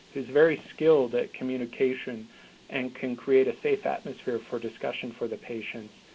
is very skilled at communication and can create a safe atmosphere for discussion for the patients,